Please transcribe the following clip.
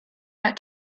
out